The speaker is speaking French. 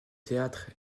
théâtre